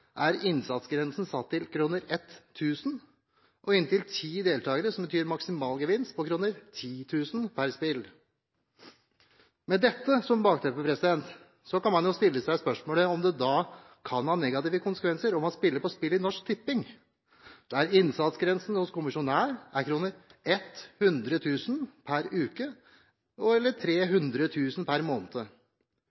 er innsatsgrensen satt til 1 000 kr og inntil ti deltakere, som innebærer en maksimalgevinst på 10 000 kr per spill. Med dette som bakteppe kan man jo stille seg spørsmålet om det kan ha negative konsekvenser om man spiller på spill i Norsk Tipping, der innsatsgrensen hos kommisjonær er 100 000 kr per uke og